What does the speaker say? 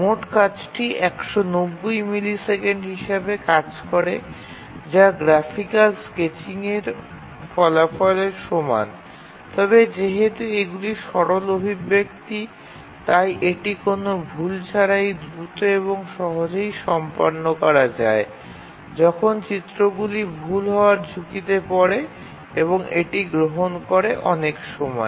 মোট কাজটি ১৯০ মিলিসেকেন্ড হিসাবে কাজ করে যা গ্রাফিক্যাল স্কেচিংয়ের ফলাফলের সমান তবে যেহেতু এগুলি সরল অভিব্যক্তি তাই এটি কোনও ভুল ছাড়াই দ্রুত এবং সহজেই সম্পন্ন করা যায় যখন চিত্রগুলি ভুল হওয়ার ঝুঁকিতে পড়ে এবং এটি গ্রহণ করে অনেক সময়